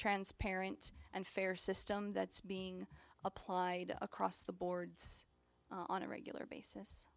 transparent and fair system that's being applied across the boards on a regular basis